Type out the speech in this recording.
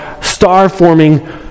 star-forming